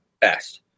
best